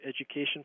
education